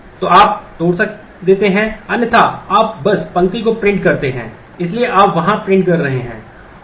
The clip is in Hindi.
तो आप तोड़ देते हैं अन्यथा आप बस पंक्ति को प्रिंट करते हैं इसलिए आप वहां प्रिंट कर रहे हैं